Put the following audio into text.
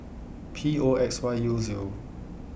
P O X Y U Zero